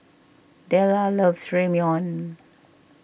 Dellar loves Ramyeon